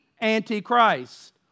Antichrist